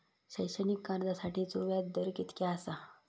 शैक्षणिक कर्जासाठीचो व्याज दर कितक्या आसा?